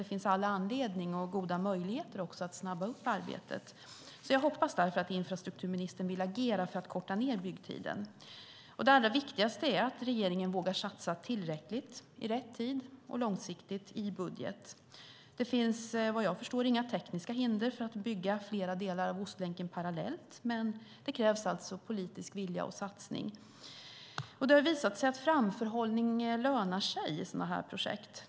Det finns all anledning och även goda möjligheter att snabba upp arbetet. Jag hoppas därför att infrastrukturministern vill agera för att korta ned byggtiden. Det allra viktigaste är att regeringen vågar satsa tillräckligt, i rätt tid och långsiktigt i budgeten. Det finns vad jag förstår inga tekniska hinder för att bygga flera delar av Ostlänken parallellt, men det krävs politisk vilja och satsning. Det har visat sig att framförhållning lönar sig i sådana här projekt.